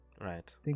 Right